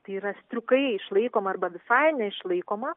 tai yra striukai išlaikoma arba visai neišlaikoma